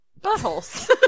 buttholes